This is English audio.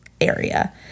area